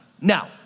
Now